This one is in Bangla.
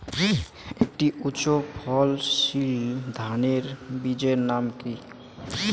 একটি উচ্চ ফলনশীল ধানের বীজের নাম কী?